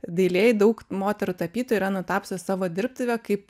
dailėj daug moterų tapytojų yra nutapusios savo dirbtuvę kaip